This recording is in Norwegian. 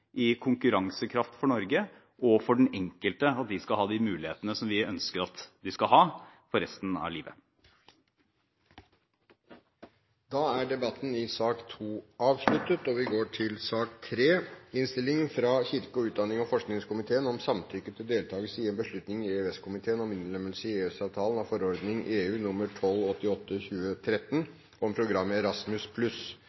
konkurransekraft for Norge, og for den enkelte, at man skal ha de mulighetene som vi ønsker at man skal ha for resten av livet. Debatten i sak nr. 2 er avsluttet. Etter ønske fra kirke-, utdannings- og forskningskomiteen vil presidenten foreslå at taletiden blir begrenset til 5 minutter til hver partigruppe og 5 minutter til medlem av